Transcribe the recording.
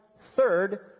third